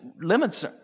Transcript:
limits